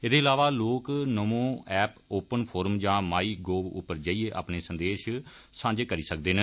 एहदे अलावा लोक नमो ऐप ओपन फोरम यां माई गोव पर जाइयै अपने स्नेह सांझे करी सकदे न